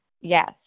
Yes